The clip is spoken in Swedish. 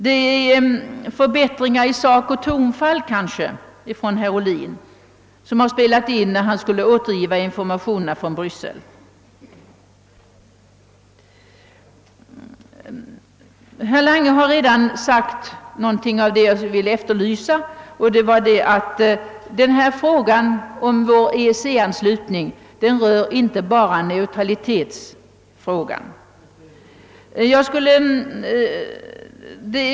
Det kanske är förbättringar i sak och tonfall som spelat in, när herr Ohlin skulle återge informationerna från Bryssel. Herr Lange har redan varit inne på något av det som jag ville ta upp, nämligen detta att frågan om vår EEC-anslutning inte bara gäller neutraliteten.